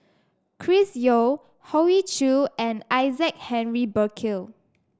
Chris Yeo Hoey Choo and Isaac Henry Burkill